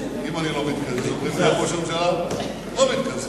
הוראת שעה),